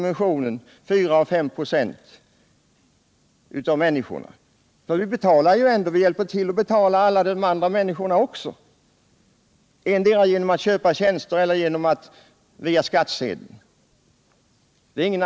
Vi hjälps alla åt att betala alla de andra människorna också, endera genom att köpa deras tjänster eller via skattsedeln.